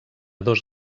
dos